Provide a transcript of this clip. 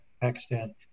Pakistan